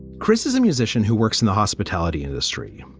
chris is a musician who works in the hospitality industry.